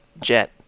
Jet